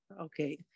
okay